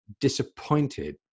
disappointed